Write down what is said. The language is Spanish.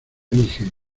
dije